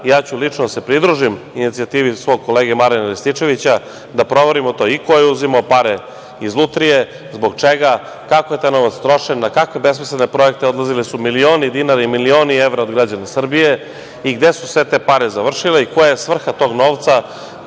ću lično da se pridružim inicijativi svog kolege Marijana Rističevića i da proverimo to i ko je uzimao pare iz lutrije, zbog čega, kako je taj novac trošen, na kakve besmislene projekte odlazili su milioni dinara i milioni evra od građana Srbije, i gde su sve te pare završile i koja je svrha tog novca